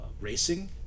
racing